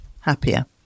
happier